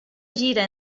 gira